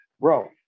bro